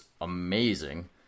amazing